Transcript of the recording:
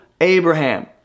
Abraham